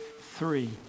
three